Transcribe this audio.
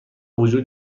وجود